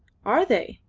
are they?